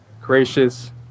gracious